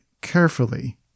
carefully